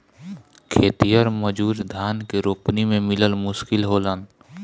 खेतिहर मजूर धान के रोपनी में मिलल मुश्किल होलन